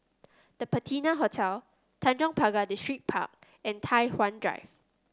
The Patina Hotel Tanjong Pagar Distripark and Tai Hwan Drive